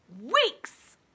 weeks